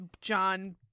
John